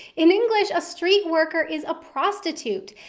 in english a street worker is a prostitute.